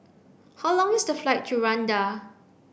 how long is the flight to Rwanda